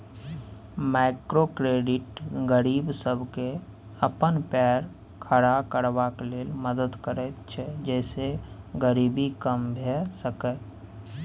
micro credit गरीब सबके अपन पैर खड़ा करबाक लेल मदद करैत छै जइसे गरीबी कम भेय सकेए